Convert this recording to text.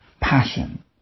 passion